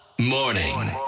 morning